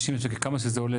כמה שזה עולה,